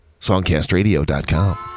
songcastradio.com